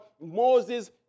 Moses